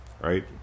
right